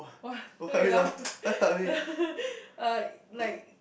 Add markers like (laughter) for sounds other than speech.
!wah! why you laugh (laughs) uh like